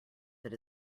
that